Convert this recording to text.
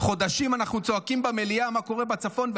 חודשים אנחנו צועקים במליאה מה קורה בצפון,